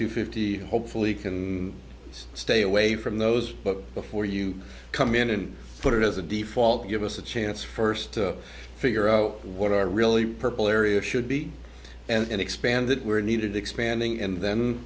two fifty hopefully can stay away from those before you come in and put it as a default give us a chance first to figure out what are really purple area should be and then expand that were needed expanding and then